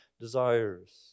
desires